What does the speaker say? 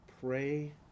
pray